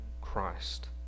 Christ